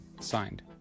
signed